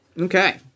Okay